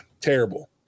terrible